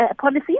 policies